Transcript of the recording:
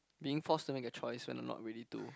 being forced to make a choice when I'm not ready to